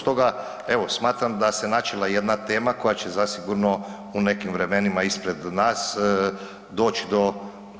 Stoga evo smatram da se načela jedna tema koja će zasigurno u nekim vremenima ispred nas doći do